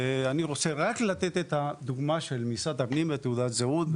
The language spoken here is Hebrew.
אני רק רוצה לתת את הדוגמה של משרד הפנים ותעודת זהות.